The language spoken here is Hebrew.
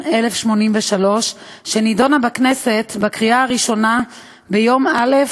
מ/1083, שנתקבלה בכנסת בקריאה ראשונה ביום א'